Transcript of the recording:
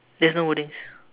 there's no wordings